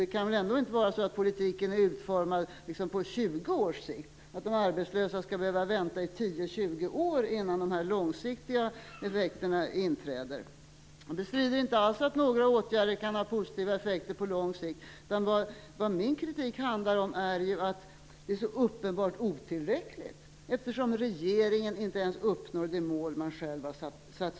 Det kan väl ändå inte vara så att politiken är utformad på 20 års sikt och att de arbetslösa skall behöva vänta 10-20 år innan de långsiktiga effekterna inträder? Jag bestrider inte alls att några åtgärder kan ha positiva effekter på lång sikt. Vad min kritik handlar om är att det är så uppenbart otillräckligt, eftersom regeringen inte ens uppnår det mål man själv satt upp.